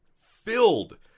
filled